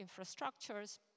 infrastructures